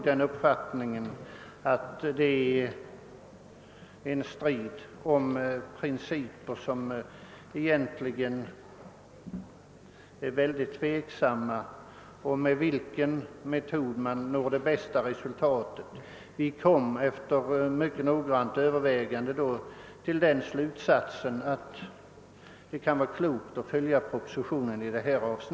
Detta är väl en strid om principer, men enligt vår mening är det mycket ovisst med vilken metod man når det bästa resultatet. Efter mycket noggrant övervägande har vi kommit fram till slutsatsen att det i detta avseende kan vara klokt att följa propositionen.